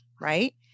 right